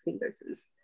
doses